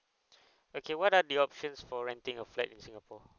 okay what are the options for renting a flat in singapore